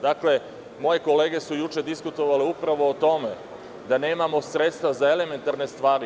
Dakle, moje kolege su juče diskutovale upravo o tome, da nemamo sredstva za elementarne stvari.